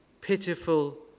pitiful